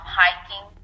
hiking